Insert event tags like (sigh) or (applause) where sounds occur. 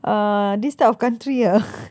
uh this type of country uh (noise)